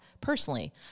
Personally